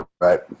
Right